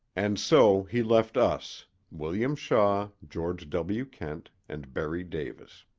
and so he left us william shaw, george w. kent and berry davis.